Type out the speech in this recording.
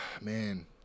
man